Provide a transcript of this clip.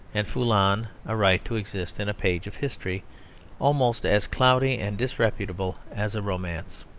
and foulon a right to exist in a page of history almost as cloudy and disputable as a romance.